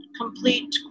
complete